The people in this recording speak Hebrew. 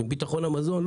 ביטחון המזון,